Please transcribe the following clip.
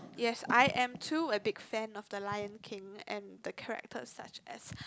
yes I am too a big fan of the Lion King and the characters such as